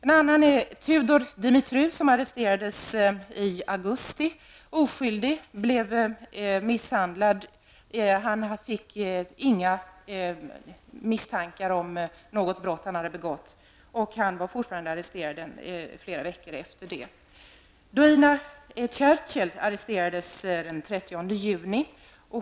En annan är Tudor Dimitru, som arresterades i augusti, oskyldig. Han blev misshandlad. Inga misstankar om något brott. Han var arresterad i flera veckor. Doina Cercel arresterades den 30 juni.